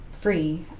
free